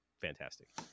fantastic